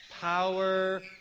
power